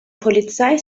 polizei